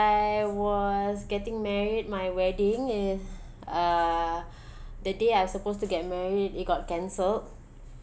I was getting married my wedding is uh the day I supposed to get married it got cancelled